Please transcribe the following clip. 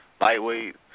lightweight